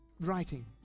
writing